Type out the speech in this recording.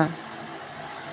आँ